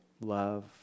Love